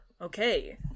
okay